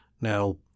Now